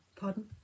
Pardon